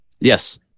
Yes